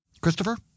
Christopher